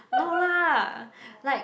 no lah like